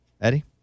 Eddie